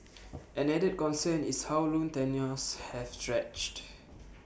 an added concern is how loan tenures have stretched